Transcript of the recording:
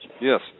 Yes